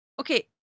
okay